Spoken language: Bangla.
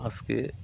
আজকে